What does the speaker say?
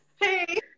hey